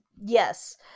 yes